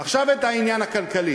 עכשיו, העניין הכלכלי.